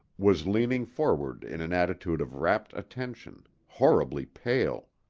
was leaning forward in an attitude of rapt attention, horribly pale.